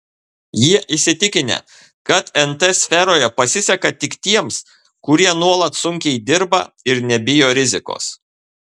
jie įsitikinę kad nt sferoje pasiseka tik tiems kurie nuolat sunkiai dirba ir nebijo rizikos